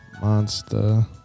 Monster